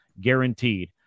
guaranteed